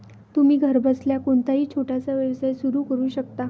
तुम्ही घरबसल्या कोणताही छोटासा व्यवसाय सुरू करू शकता